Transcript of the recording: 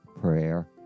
prayer